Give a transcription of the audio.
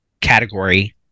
category